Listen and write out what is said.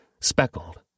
speckled